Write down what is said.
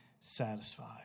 satisfied